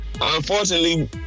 unfortunately